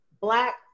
Black